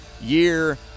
year